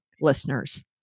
listeners